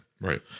Right